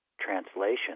translation